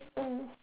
mm